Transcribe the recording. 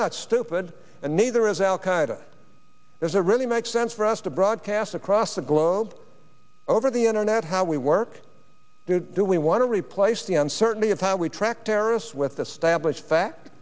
not stupid and neither is al qaeda is a really makes sense for us to broadcast across the globe over the internet how we work do we want to replace the uncertainty of how we track terrorists with this stablish fa